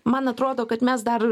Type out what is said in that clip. man atrodo kad mes dar